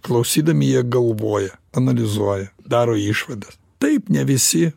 klausydami jie galvoja analizuoja daro išvadas taip ne visi